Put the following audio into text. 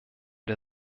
der